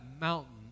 mountain